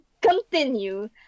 continue